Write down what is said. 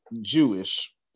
Jewish